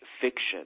fiction